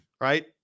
Right